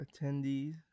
attendees